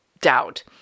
doubt